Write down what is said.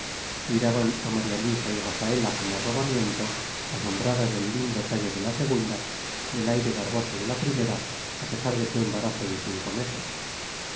miraban a maría luisa y a rafaela con arrobamiento asombradas del lindo talle de la segunda del aire garboso de la primera a pesar de su embarazo de cinco meses